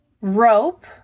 rope